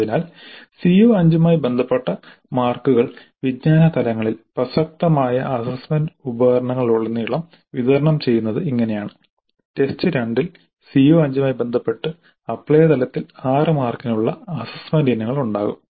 അതിനാൽ CO5 മായി ബന്ധപ്പെട്ട മാർക്കുകൾ വിജ്ഞാന തലങ്ങളിൽ പ്രസക്തമായ അസ്സസ്സ്മെന്റ് ഉപകരണങ്ങളിലുടനീളം വിതരണം ചെയ്യുന്നത് ഇങ്ങനെയാണ് ടെസ്റ്റ് 2 ൽ CO5 മായി ബന്ധപ്പെട്ട അപ്ലൈ തലത്തിൽ 6 മാർക്കിനുള്ള അസ്സസ്സ്മെന്റ് ഇനങ്ങൾ ഉണ്ടാകും